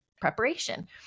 preparation